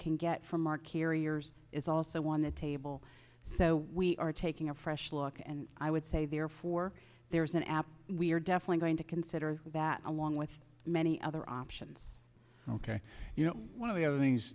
can get from our carriers is also on the table so we are taking a fresh look and i would say therefore there is an app we're definitely going to consider that one with many other options ok you know one of the other things